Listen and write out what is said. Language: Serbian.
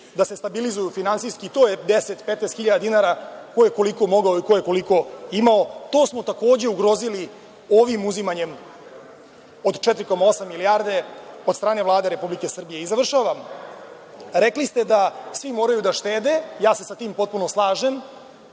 dok se stabilizuju finansijski, to je 10, 15 hiljada dinara, ko je koliko mogao i ko je koliko imao. To smo takođe ugrozili ovim uzimanjem od 4,8 milijardi od strane Vlade Republike Srbije. Završavam, rekli ste da svi moraju da štede, sa tim se potpuno slažem,